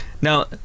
Now